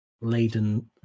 laden